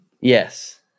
Yes